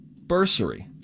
bursary